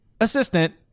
assistant